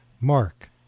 Mark